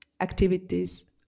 activities